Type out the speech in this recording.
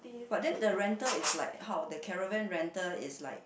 but then the rental is like how the caravan rental is like